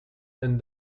and